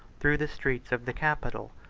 through the streets of the capital,